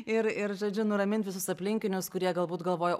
ir ir žodžiu nuramint visus aplinkinius kurie galbūt galvoja